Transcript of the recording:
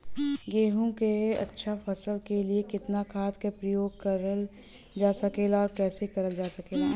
गेहूँक अच्छा फसल क लिए कितना खाद के प्रयोग करल जा सकेला और कैसे करल जा सकेला?